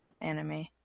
anime